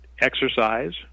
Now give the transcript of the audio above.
exercise